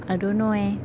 I don't know eh